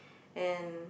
and